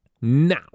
Now